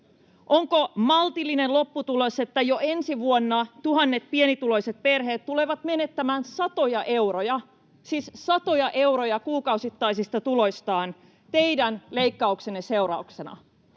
Onko maltillinen lopputulos se, että jo ensi vuonna tuhannet pienituloiset perheet tulevat menettämään satoja euroja — siis satoja euroja — kuukausittaisista tuloistaan teidän leikkauksienne seurauksena?